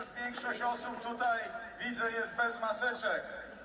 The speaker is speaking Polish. Już większość osób tutaj, widzę, jest bez maseczek.